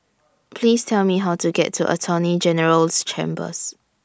Please Tell Me How to get to Attorney General's Chambers